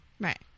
Right